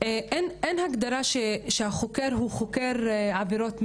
אין הגדרה שהחוקר הוא חוקר עבירות מין.